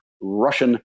Russian